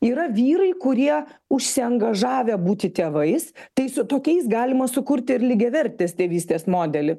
yra vyrai kurie užsiangažavę būti tėvais tai su tokiais galima sukurti ir lygiavertės tėvystės modelį